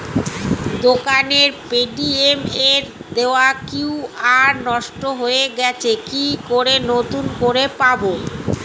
দোকানের পেটিএম এর দেওয়া কিউ.আর নষ্ট হয়ে গেছে কি করে নতুন করে পাবো?